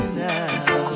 now